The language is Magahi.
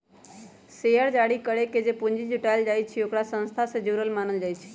शेयर जारी करके जे पूंजी जुटाएल जाई छई ओकरा संस्था से जुरल मानल जाई छई